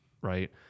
right